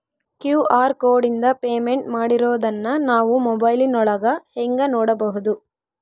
QR ಕೋಡಿಂದ payment ಮಾಡಿರೋದನ್ನ ನಾವು ಮೊಬೈಲಿನೊಳಗ ಹೆಂಗ ನೋಡಬಹುದು?